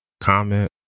Comment